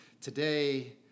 today